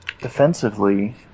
defensively